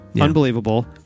unbelievable